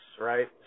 right